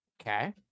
Okay